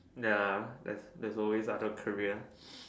ya there's there's always other career